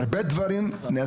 נעשים גם הרבה דברים טובים,